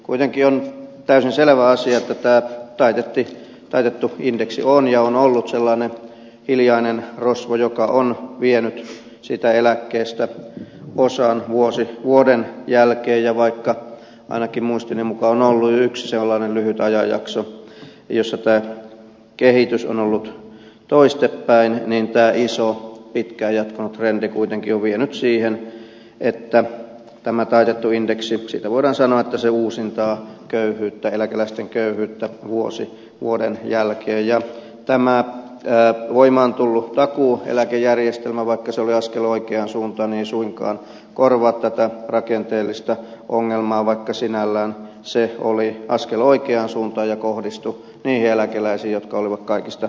kuitenkin on täysin selvä asia että tämä taitettu indeksi on ja on ollut sellainen hiljainen rosvo joka on vienyt eläkkeestä osan vuosi vuoden jälkeen ja vaikka ainakin muistini mukaan on ollut jo yksi sellainen lyhyt ajanjakso jolloin tämä kehitys on ollut toistepäin niin tämä iso pitkään jatkunut trendi kuitenkin on vienyt siihen että tästä taitetusta indeksistä voidaan sanoa että se uusintaa eläkeläisten köyhyyttä vuosi vuoden jälkeen ja tämä voimaan tullut takuueläkejärjestelmä vaikka se oli askel oikeaan suuntaan ei suinkaan korvaa tätä rakenteellista ongelmaa vaikka sinällään se oli askel oikeaan suuntaan ja kohdistui niihin eläkeläisiin jotka olivat kaikista pienituloisimpia